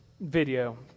video